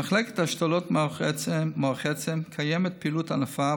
במחלקת השתלות מוח העצם קיימת פעילות ענפה,